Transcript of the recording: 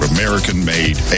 American-made